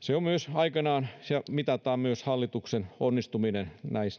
aikanaan myös mitataan hallituksen onnistuminen